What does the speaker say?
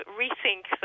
rethink